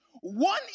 one